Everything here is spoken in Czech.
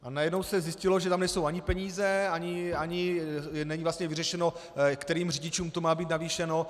A najednou se zjistilo, že tam nejsou ani peníze, ani není vlastně vyřešeno, kterým řidičům to má být navýšeno, atd.